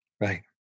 Right